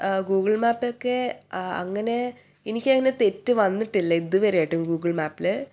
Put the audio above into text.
Google map ഒക്കെ ആ അങ്ങനെ എനിക്കതിന് തെറ്റ് വന്നിട്ടില്ല ഇതുവരെ ആയിട്ടും ഗൂഗിൾ മാപ്പിൽ